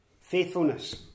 faithfulness